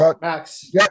Max